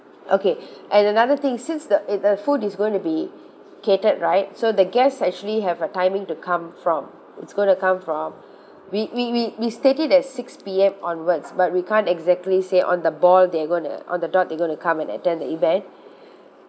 okay and another thing since the it the food is going to be catered right so the guests actually have a timing to come from it's going to come from we we we we take it as six P_M onwards but we can't exactly say on the ball they are gonna on the dot they gonna come and attend the event